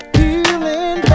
healing